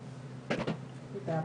תודה רבה.